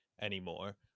anymore